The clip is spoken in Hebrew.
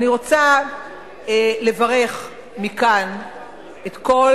אני רוצה לברך מכאן את כל,